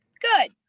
good